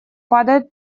падает